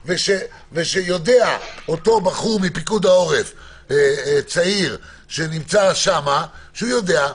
שאותו בחור צעיר מפיקוד העורף שנמצא שם יודע,